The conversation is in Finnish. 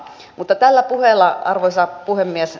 mutta tällä puheella arvoisa puhemies